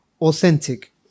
authentic